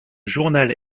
journal